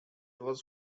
was